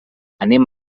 anem